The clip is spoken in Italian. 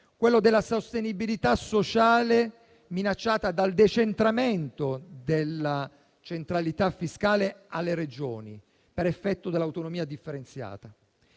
quello della sostenibilità sociale minacciata dal decentramento della centralità fiscale alle Regioni, per effetto dell'autonomia differenziata.